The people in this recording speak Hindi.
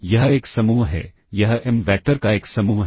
यह एक समूह है यह m वैक्टर का एक समूह है